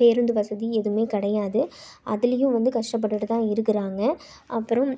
பேருந்து வசதி எதுவுமே கிடையாது அதுலேயும் வந்து கஷ்டப்பட்டுகிட்டுதான் இருக்கிறாங்க அப்புறம்